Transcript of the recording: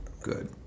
good